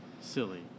silly